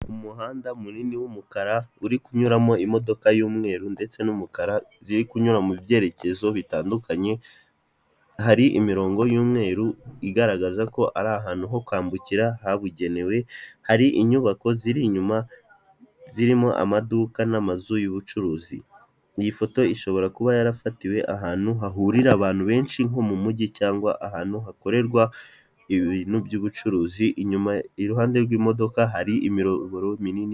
Umuhanda munini w'umukara uri kunyuramo imodoka y'umweru ndetse n'umukara ziri kunyura mu byerekezo bitandukanye hari imirongo y'umweru igaragaza ko ari ahantu ho kwambukira habugenewe hari inyubako ziri inyuma zirimo amaduka n'amazu y'ubucuruzi iyi foto ishobora kuba yarafatiwe ahantu hahurira abantu benshi nko mu mujyi cyangwa ahantu hakorerwa ibintu by'ubucuruzi inyuma iruhande rw'imodoka hari imiyoboro minini'